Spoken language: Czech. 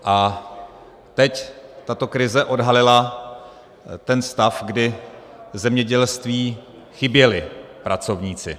A teď tato krize odhalila ten stav, kdy v zemědělství chyběli pracovníci.